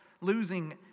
losing